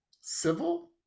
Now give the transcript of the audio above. civil